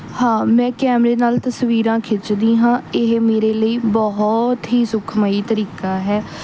ਹਾਂ ਮੈਂ ਕੈਮਰੇ ਨਾਲ ਤਸਵੀਰਾਂ ਖਿੱਚਦੀ ਹਾਂ ਇਹ ਮੇਰੇ ਲਈ ਬਹੁਤ ਹੀ ਸੁਖਮਈ ਤਰੀਕਾ ਹੈ